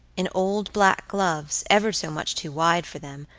in old black gloves ever so much too wide for them,